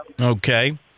Okay